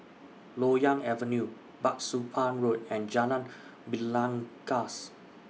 Loyang Avenue Bah Soon Pah Road and Jalan Belangkas